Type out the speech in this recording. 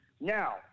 now